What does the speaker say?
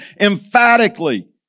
emphatically